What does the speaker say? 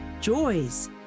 joys